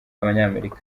abanyamerika